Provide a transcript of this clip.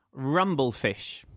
Rumblefish